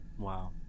Wow